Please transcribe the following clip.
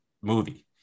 movie